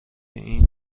این